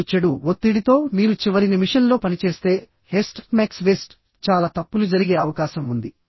ఇప్పుడు చెడు ఒత్తిడితో మీరు చివరి నిమిషంలో పని చేస్తే హేస్ట్ మేక్స్ వే స్ట్ చాలా తప్పులు జరిగే అవకాశం ఉంది